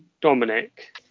Dominic